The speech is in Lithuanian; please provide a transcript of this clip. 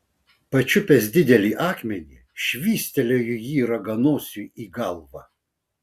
pačiupęs didelį akmenį švystelėjo jį raganosiui į galvą